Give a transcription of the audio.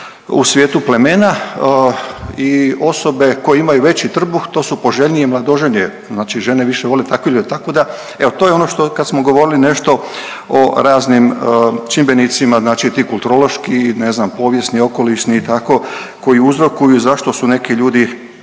u svijetu plemena i osobe koje imaju veći trbuh to su poželjnije mladoženje. Znači žene više vole takve ljude. Tako da, evo to je ono što kad smo govorili nešto o raznim čimbenicima, znači ti kulturološki, ne znam povijesni, okolišni i tako koji uzrokuju zašto su neki ljudi